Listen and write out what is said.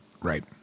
Right